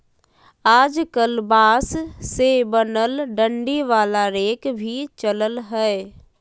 आजकल बांस से बनल डंडी वाला रेक भी चलल हय